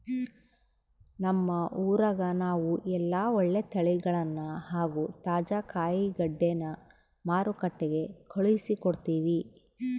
ನಮ್ಮ ಊರಗ ನಾವು ಎಲ್ಲ ಒಳ್ಳೆ ತಳಿಗಳನ್ನ ಹಾಗೂ ತಾಜಾ ಕಾಯಿಗಡ್ಡೆನ ಮಾರುಕಟ್ಟಿಗೆ ಕಳುಹಿಸಿಕೊಡ್ತಿವಿ